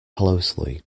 closely